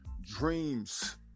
dreams